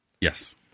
Yes